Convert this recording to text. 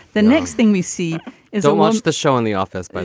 the next thing we see is it was the show in the office. but